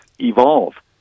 evolve